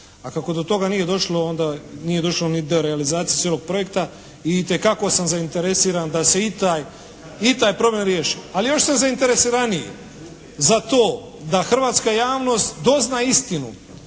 A kako do toga nije došlo, onda nije došlo ni do realizacije cijelog projekta i itekako sam zainteresiran da se i taj problem riješi. Ali još sam zainteresiraniji za to da hrvatska javnost dozna istinu